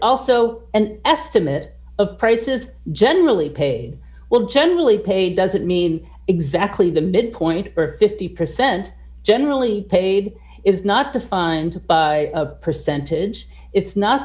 also an estimate of price is generally paid well generally paid does that mean exactly the midpoint or fifty percent generally paid is not defined by a percentage it's not